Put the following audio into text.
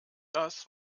das